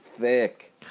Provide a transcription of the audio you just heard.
thick